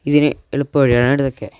ഇതിന് എളുപ്പ വഴിയാണ് ഇതൊക്കെ